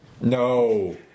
No